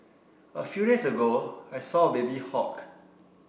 a few days ago I saw a baby hawk